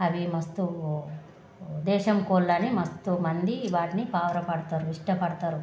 అవి మస్తు దేశం కోళ్ళని మస్తు మంది వాటిని పావరాపడతారు ఇష్టపడతారు